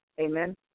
Amen